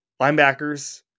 linebackers